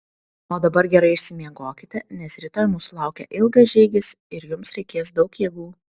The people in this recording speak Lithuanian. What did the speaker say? o dabar gerai išsimiegokite nes rytoj mūsų laukia ilgas žygis ir jums reikės daug jėgų